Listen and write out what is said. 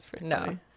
No